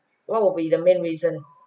what will be the main reason